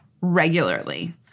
regularly